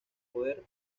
poder